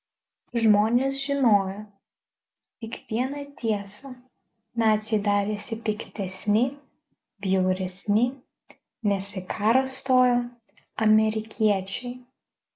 žmonės žinojo tik vieną tiesą naciai darėsi piktesni bjauresni nes į karą stojo amerikiečiai